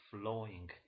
flowing